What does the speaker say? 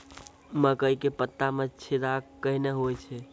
मकई के पत्ता मे छेदा कहना हु छ?